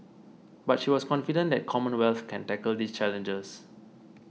but she was confident that Commonwealth can tackle these challenges